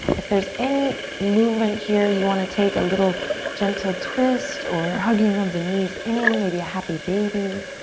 if there's any movement here, you want to take, a little gentle twist or hugging of the knees in, maybe a happy baby,